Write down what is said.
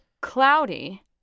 cloudy